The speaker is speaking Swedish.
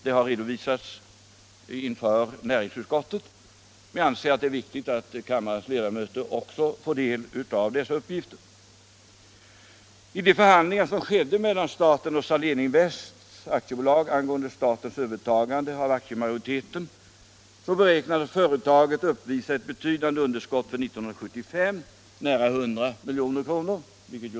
Det har redovisats inför näringsutskottet, men jag anser att det är viktigt att kammarens ledamöter också får del av dessa uppgifter. Vid de förhandlingar som skedde mellan staten och Saléninvest AB angående statens övertagande av aktiemajoriteten beräknades Götaverken uppvisa ett betydande underskott för 1975 — nära 100 milj.kr.